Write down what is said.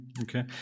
Okay